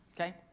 okay